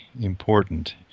important